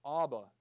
Abba